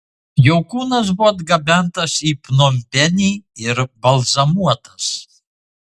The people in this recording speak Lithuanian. jo kūnas buvo atgabentas į pnompenį ir balzamuotas